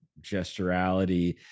gesturality